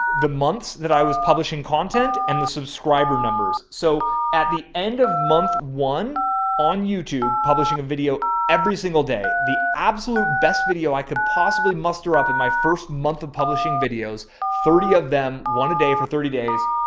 the months that i was publishing content and the subscriber numbers. so at the end of month, one on youtube publishing a video every single day, the absolute best video i could possibly muster up in my first month of publishing videos, thirty of them one a day for thirty days.